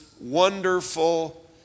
Wonderful